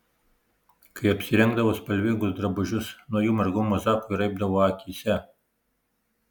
kai apsirengdavo spalvingus drabužius nuo jų margumo zakui raibdavo akyse